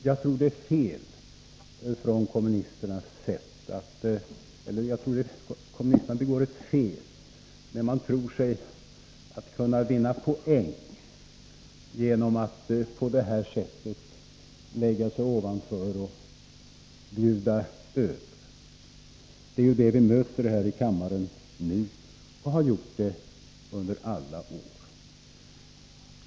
Jag tror att kommunisterna begår ett fel när de tror sig kunna vinna poäng genom att på det här sättet lägga sig ovanför och bjuda över. Det är ju den metoden vi möter här i kammaren nu och har mött under alla år.